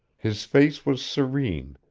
his face was serene,